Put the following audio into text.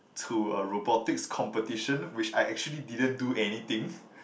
to a robotic's competition which I actually didn't do anything